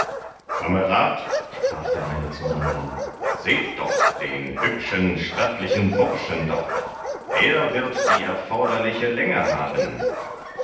kamerad sprach der eine zum andern seht doch den hübschen stattlichen burschen dort er wird die erforderliche länge haben